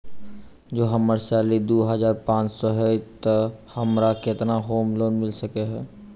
जँ हम्मर सैलरी दु हजार पांच सै हएत तऽ हमरा केतना होम लोन मिल सकै है?